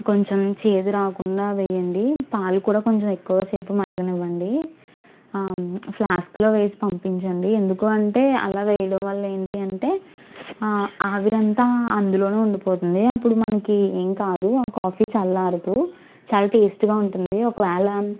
కొంచెం చేదు రాకుండా వేయండి పాలు కూడా కొంచెం ఎక్కువసేపు మరగనివ్వండి ప్లాస్కులో వేసి పంపించండి ఎందుకూ అంటే అలా వేయడం వల్ల ఏంటి అంటే ఆవిరంతా అందులోనే ఉండిపోతుంది అప్పుడు మనకి ఏం కాదు ఆ కాఫీ చల్లారదు చాలా టేస్ట్గా ఉంటుంది ఒకవేళ